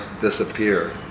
disappear